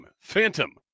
Phantom